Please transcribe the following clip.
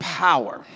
power